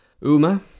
Uma